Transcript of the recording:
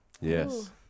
Yes